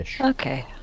Okay